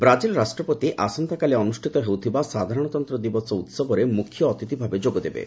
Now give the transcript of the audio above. Brazil ରାଷ୍ଟ୍ରପତି ଆସନ୍ତାକାଲି ଅନ୍ଦୁଷ୍ଠିତ ହେଉଥିବା ସାଧାରଣତନ୍ତ୍ର ଦିବସ ଉତ୍ସବରେ ମୁଖ୍ୟ ଅତିଥି ଭାବେ ଯୋଗଦେବେ